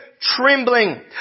Trembling